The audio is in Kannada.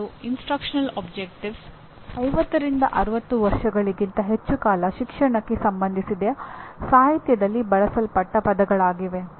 ಹಾಗೂ ಎರಡನೆಯ ಪಾಠವು ಎಡಿಡಿಐಇನ ಮತ್ತು ಸಾಮರ್ಥ್ಯಗಳನ್ನು ಸಾಧಿಸಲು ನಾವು ಆ ಸಮಯದಲ್ಲಿ ವಿಸ್ತಾರವಾಗಿ ಹೇಳುತ್ತೇವೆ